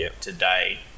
today